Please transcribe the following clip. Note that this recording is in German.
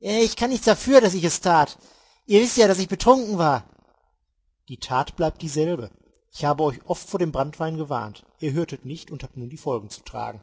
ich kann nicht dafür daß ich es tat ihr wißt ja daß ich betrunken war die tat bleibt dieselbe ich habe euch oft vor dem branntwein gewarnt ihr hörtet nicht und habt nun die folgen zu tragen